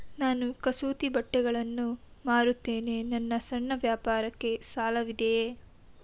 ನಾನು ಕಸೂತಿ ಬಟ್ಟೆಗಳನ್ನು ಮಾರುತ್ತೇನೆ ನನ್ನ ಸಣ್ಣ ವ್ಯಾಪಾರಕ್ಕೆ ಸಾಲವಿದೆಯೇ?